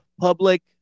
public